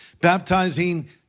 baptizing